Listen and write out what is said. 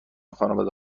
خانواده